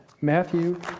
Matthew